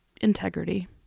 integrity